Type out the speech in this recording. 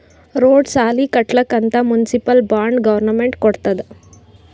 road, ಸಾಲಿ ಕಟ್ಲಕ್ ಅಂತ್ ಮುನ್ಸಿಪಲ್ ಬಾಂಡ್ ಗೌರ್ಮೆಂಟ್ ಕೊಡ್ತುದ್